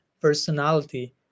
personality